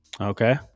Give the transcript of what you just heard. Okay